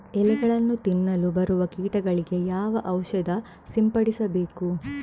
ಎಲೆಗಳನ್ನು ತಿನ್ನಲು ಬರುವ ಕೀಟಗಳಿಗೆ ಯಾವ ಔಷಧ ಸಿಂಪಡಿಸಬೇಕು?